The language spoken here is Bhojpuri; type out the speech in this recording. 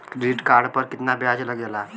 क्रेडिट कार्ड पर कितना ब्याज लगेला?